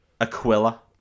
Aquila